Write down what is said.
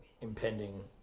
impending